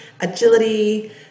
agility